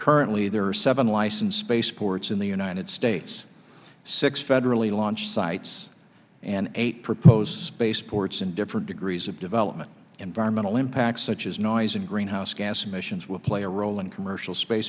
currently there are seven licensed spaceports in the united states six federally launch sites and eight proposed space ports in different degrees of development environmental impact such as noise and greenhouse gas emissions will play a role in commercial space